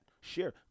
Share